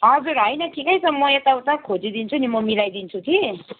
हजुर होइन ठिकै छ म यताउता खोजिदिन्छु नि म मिलाइदिन्छु कि